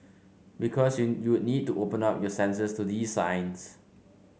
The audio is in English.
because you you'd need to open up your senses to these signs